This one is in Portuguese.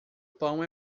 pão